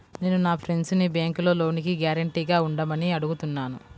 నేను మా ఫ్రెండ్సుని బ్యేంకులో లోనుకి గ్యారంటీగా ఉండమని అడుగుతున్నాను